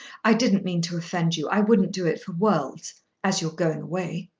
i didn't mean to offend you. i wouldn't do it for worlds as you are going away.